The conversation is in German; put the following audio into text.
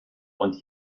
und